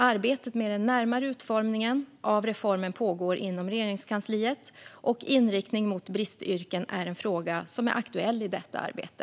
Arbetet med den närmare utformningen av reformen pågår inom Regeringskansliet, och inriktning mot bristyrken är en fråga som är aktuell i detta arbete.